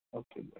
okay